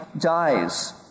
dies